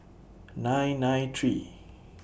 nine nine three